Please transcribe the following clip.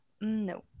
no